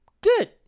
good